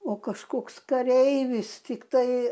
o kažkoks kareivis tiktai